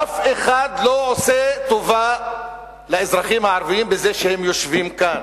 אף אחד לא עושה טובה לאזרחים הערבים בזה שהם יושבים כאן,